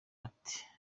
ati